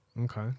Okay